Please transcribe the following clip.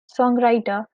songwriter